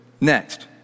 Next